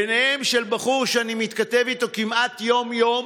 ביניהן של בחור שאני מתכתב איתו כמעט יום-יום,